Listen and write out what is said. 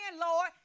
Lord